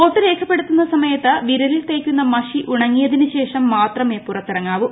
vote രേഖപ്പെടുത്തുന്ന സമയത്ത് വിരലിൽ തേയ്ക്കുന്ന മഷി ഉണങ്ങിയതിനുശേഷം മാത്രമേ പുറത്തിറങ്ങാവൂ